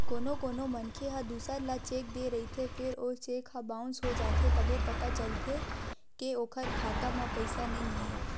कोनो कोनो मनखे ह दूसर ल चेक दे रहिथे फेर ओ चेक ह बाउंस हो जाथे तभे पता चलथे के ओखर खाता म पइसा नइ हे